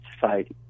society